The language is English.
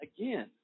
again